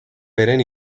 beren